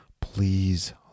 Please